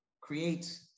create